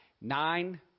nine